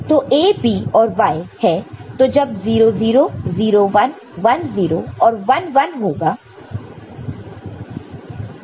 तो A B और Y है तो जब 00 01 10 और 11 होगा